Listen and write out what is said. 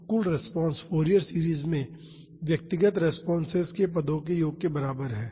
तो कुल response Fourier series में व्यक्तिगत रेस्पॉन्सेस के पदों के योग के बराबर है